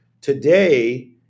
today